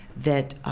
that